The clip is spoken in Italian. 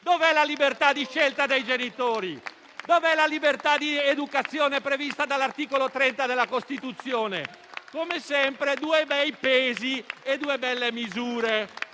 dov'è la libertà di scelta dei genitori? Dov'è la libertà di educazione prevista dall'articolo 30 della Costituzione? Come sempre, ci sono due bei pesi e due belle misure.